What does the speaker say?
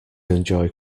enjoy